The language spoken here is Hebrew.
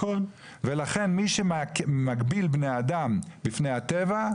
ולכן מי שמגביל בני אדם לפני הטבע,